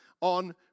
on